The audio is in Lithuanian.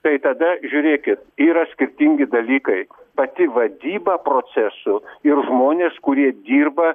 tai tada žiūrėkit yra skirtingi dalykai pati vadyba procesų ir žmonės kurie dirba